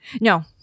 No